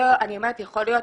יכול להיות,